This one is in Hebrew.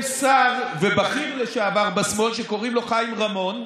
שר ובכיר לשעבר בשמאל שקוראים לו חיים רמון,